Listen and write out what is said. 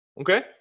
Okay